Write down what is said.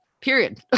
period